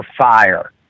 fire